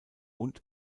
und